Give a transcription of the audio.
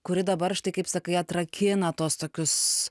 kuri dabar štai kaip sakai atrakina tuos tokius